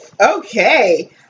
Okay